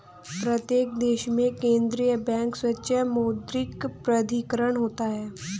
प्रत्येक देश में केंद्रीय बैंक सर्वोच्च मौद्रिक प्राधिकरण होता है